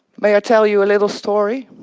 may i tell you a little story?